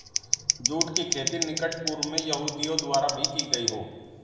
जुट की खेती निकट पूर्व में यहूदियों द्वारा भी की गई हो